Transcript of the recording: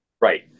right